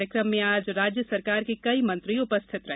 कार्यकम में आज राज्य सरकार के कई मंत्री उपस्थित रहे